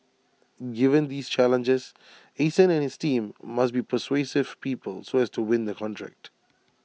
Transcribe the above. given these challenges Eason and his team must be persuasive people so as to win the contract